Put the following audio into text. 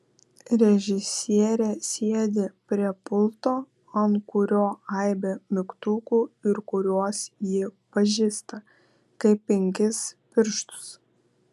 režisierė sėdi prie pulto ant kurio aibė mygtukų ir kuriuos ji pažįsta kaip penkis pirštus